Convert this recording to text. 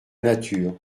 nature